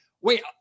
wait